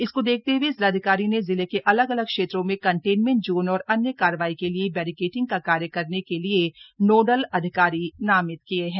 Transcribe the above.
इसको देखते हुए जिलाधिकारी ने जिले के अलग अलग क्षेत्रों में कंटेनमेंट जोन और अन्य कार्रवाई के लिए बैरीकेटिंग का कार्य करने के लिए नोडल अधिकारी नामित किये हैं